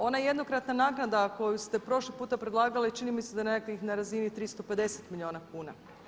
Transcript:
Ona jednokratna naknada koju ste prošli puta predlagali čini mi se da je nekakvih na razini 350 milijuna kuna.